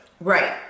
Right